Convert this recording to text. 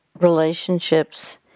relationships